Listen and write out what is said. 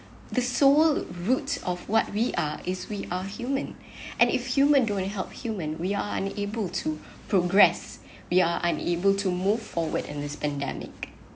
the soul root of what we are is we are human and if human don't want to help human we are unable to progress we are unable to move forward in this pandemic